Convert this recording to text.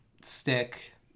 stick